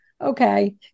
okay